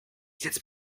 jetzt